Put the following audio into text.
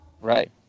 Right